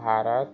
Bharat